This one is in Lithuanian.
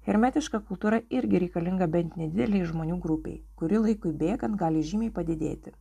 hermetiška kultūra irgi reikalinga bent nedidelei žmonių grupei kuri laikui bėgant gali žymiai padidėti